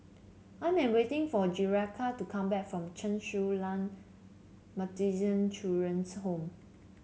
I am waiting for Jerica to come back from Chen Su Lan Children's Home